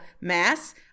mass